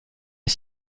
est